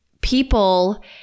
people